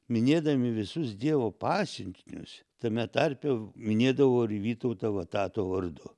minėdami visus dievo pasiuntinius tame tarpe minėdavo ir vytautą vatato vardu